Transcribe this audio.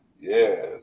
Yes